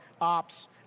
ops